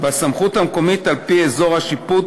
והסמכות המקומית על-פי אזור השיפוט